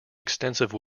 extensive